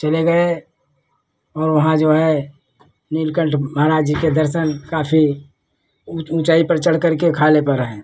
चले गए और वहाँ जो है नीलकंठ महाराज जी के दर्शन काफ़ी ऊँचाई पर चढ़कर के खाले पर हैं